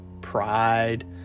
pride